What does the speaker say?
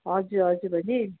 हजुर हजुर बहिनी